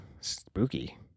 spooky